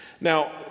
Now